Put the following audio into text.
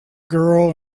girl